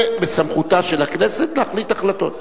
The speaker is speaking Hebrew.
זה בסמכותה של הכנסת להחליט החלטות,